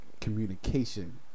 communication